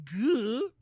good